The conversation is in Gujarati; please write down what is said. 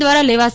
દ્વારા લેવાશે